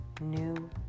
new